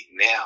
now